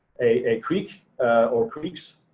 a creek or creeks.